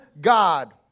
God